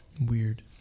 weird